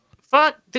fuck